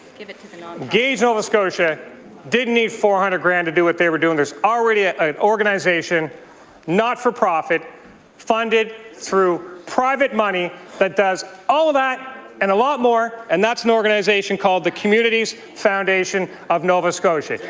you know engage nova scotia didn't need four hundred grand to do what they're doing. there is already ah an organization not for profit funded through private money does all that and a lot more and that's an organization called the communities foundation of nova scotia.